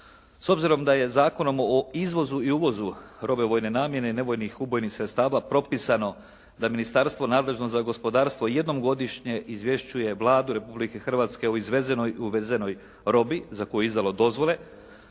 S obzirom da je Zakonom o izvozu i uvozu robe vojne namjene i nevojnih ubojnih sredstava propisano da ministarstvo nadležno za gospodarstvo jednom godišnje izvješćuje Vladu Republike Hrvatske o izvezenoj i uvezenoj robi za koji je izdalo dozvole,